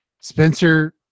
Spencer